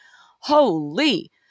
holy